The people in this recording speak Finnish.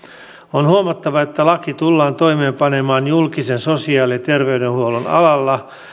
on huomattava että laki tullaan toimeenpanemaan julkisen sosiaali ja terveydenhuollon alalla